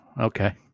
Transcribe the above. Okay